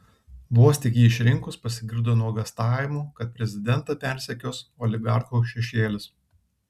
vos tik jį išrinkus pasigirdo nuogąstavimų kad prezidentą persekios oligarchų šešėlis